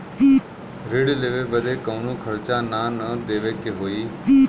ऋण लेवे बदे कउनो खर्चा ना न देवे के होई?